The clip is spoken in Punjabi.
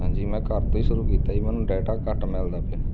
ਹਾਂਜੀ ਮੈਂ ਘਰ ਤੋਂ ਹੀ ਸ਼ੁਰੂ ਕੀਤਾ ਜੀ ਮੈਨੂੰ ਡਾਟਾ ਘੱਟ ਮਿਲਦਾ ਪਿਆ